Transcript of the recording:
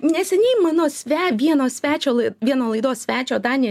neseniai mano sve vieno svečio lai vieno laidos svečio danė